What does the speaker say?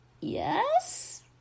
yes